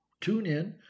TuneIn